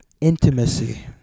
Intimacy